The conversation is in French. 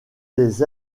des